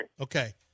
Okay